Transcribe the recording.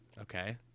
okay